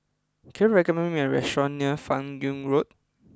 can you recommend me a restaurant near Fan Yoong Road